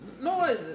No